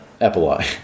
Epilogue